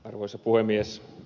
arvoisa puhemies